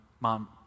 Mom